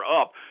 up